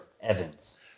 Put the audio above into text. Evans